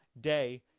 day